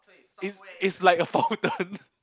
is is like a fountain